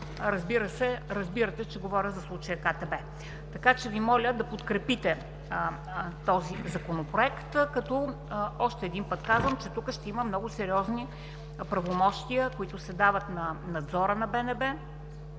разбирате, че говоря за случая с КТБ. Моля Ви да подкрепите този Законопроект, като още един път казвам, че тук ще има много сериозни правомощия, които се дават на надзора на БНБ,